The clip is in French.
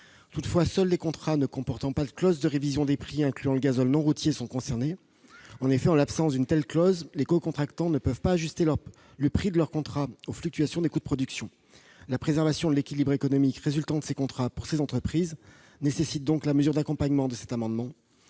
Toutefois, seuls les contrats ne comportant pas de clause de révision des prix incluant le gazole non routier sont concernés. En effet, en l'absence d'une telle clause, les cocontractants ne peuvent pas ajuster le prix de leur contrat aux fluctuations des coûts de production. La préservation, pour ces entreprises, de l'équilibre économique résultant de ces contrats nécessite donc la mesure d'accompagnement contenue dans cet amendement.